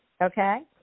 Okay